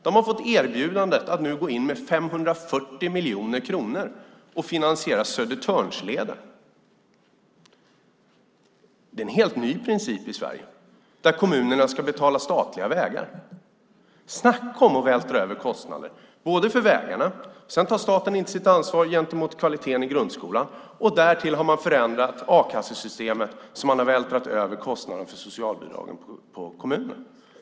De har fått erbjudandet att nu gå in med 540 miljoner kronor för att finansiera Södertörnsleden. Det är en helt ny princip i Sverige att kommunerna ska betala statliga vägar. Snacka om att vältra över kostnader för vägarna! Sedan tar staten inte sitt ansvar för kvaliteten i grundskolan. Därtill har man förändrat a-kassesystemet så att kostnaderna vältras över på kommunerna för socialbidrag.